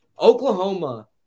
Oklahoma